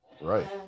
Right